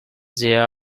there